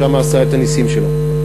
ושם עשה את הנסים שלו.